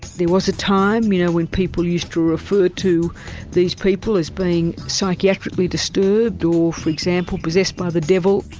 there was a time you know when people used to refer to these people as being psychiatrically disturbed or for example possessed by the devil.